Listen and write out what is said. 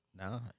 No